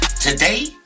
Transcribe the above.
today